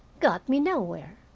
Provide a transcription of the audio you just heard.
got me nowhere.